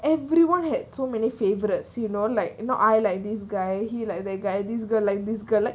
everyone had so many favorites you know like you know I like this guy he like the guy this girl like this girl like